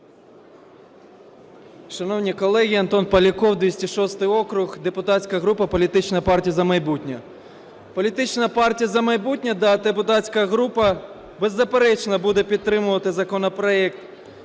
Шановні колеги! Антон Поляков, 206-й округ, депутатська група політична "Партія "За майбутнє". Політична "Партія "За майбутнє", депутатська група, беззаперечно буде підтримувати законопроект